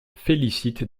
félicite